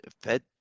Fed